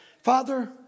Father